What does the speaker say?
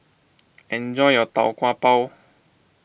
enjoy your Tau Kwa Pau